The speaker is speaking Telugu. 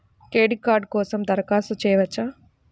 క్రెడిట్ కార్డ్ కోసం దరఖాస్తు చేయవచ్చా?